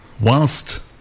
whilst